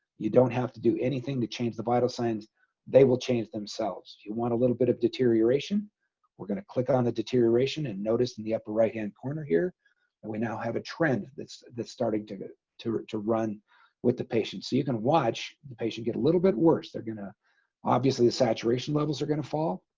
you don't have to do anything to change the vital signs they will change themselves if you want a little bit of deterioration we're going to click on the deterioration and notice in the upper right hand corner here and we now have a trend that's that's starting to to to run with the patient so you can watch the patient get a little bit worse they're going to obviously the saturation levels are going to fall